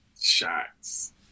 Shots